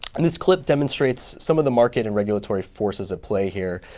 and this clip demonstrates some of the market and regulatory forces at play here,